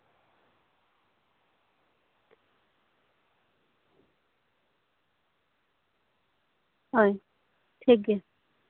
ᱦᱳᱭ ᱴᱷᱤᱠᱜᱮᱭᱟ